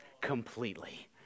completely